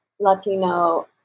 Latino